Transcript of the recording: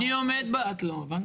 מצטרפת למה שסימון אמר,